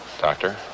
Doctor